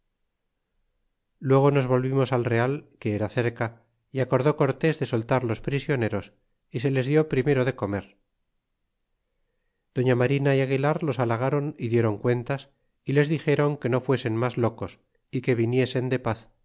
luego nos volvimos al real que era cerca y acordé cortés de soltar los prisioneros y se les dió primero de comer y doña marina y aguilar los halagron y diron cuentas y les dixéron que no fuesen mas locos é que viniesen de paz